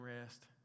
rest